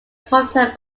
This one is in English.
hometown